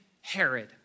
Herod